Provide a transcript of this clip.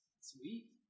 Sweet